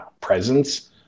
presence